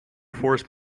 force